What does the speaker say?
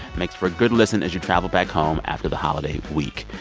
makes for a good listen as you travel back home after the holiay week.